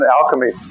alchemy